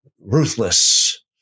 ruthless